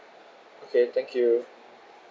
okay thank you